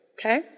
Okay